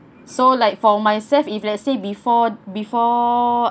so like for myself if let's say before before